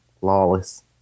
flawless